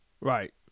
Right